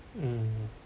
mm